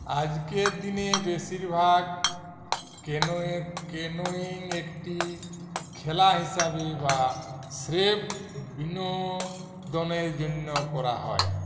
আজকের দিনে বেশিরভাগ ক্যানোয়েক ক্যানোয়িং একটি খেলা হিসাবে বা স্রেফ বিনোদনের জন্য করা হয়